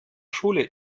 schule